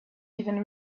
even